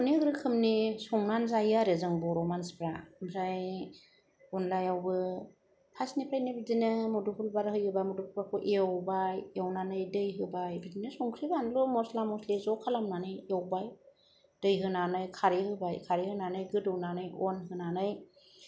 बिदिनो अनेक रोखोमनि संनान जायो आरो जों बर' मानसिफोरा ओमफ्राय अनलायावबो फार्स्टनिफ्रायनो बिदिनो मोदोमफुल बिबार होयोबा मोदोमफुल बिबारखौ एवबाय एवनानै दै होबाय बिदिनो संख्रि बान्लु मसला मसलि ज' खालामनानै एवबाय दै होनानै खारै होबाय खारै होनानै गोदौनानै अनहोनानै